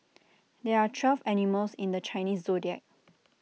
there are twelve animals in the Chinese Zodiac